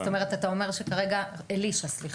זאת אומרת, אתה אומר שכרגע אלישע, סליחה.